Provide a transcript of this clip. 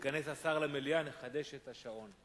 וכשייכנס השר למליאה נחדש את השעון.